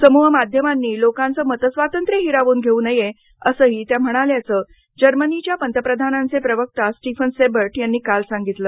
समूह माध्यमांनी लोकांचं मतस्वातंत्र्य हिरावून घेऊ नये असंही त्या म्हणाल्याचं जर्मनीच्या पंतप्रधानांचे प्रवक्ता स्टीफन सेबर्ट यांनी काल सांगितलं